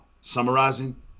summarizing